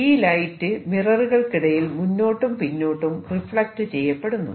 ഈ ലൈറ്റ് മിററുകൾക്കിടയിൽ മുന്നോട്ടും പിന്നോട്ടും റിഫ്ലക്ട് ചെയ്യപ്പെടുന്നു